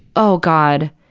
oh, god.